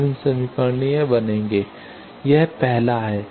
विभिन्न समीकरण बनेंगे यह पहला है